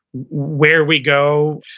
where we go,